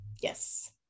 Yes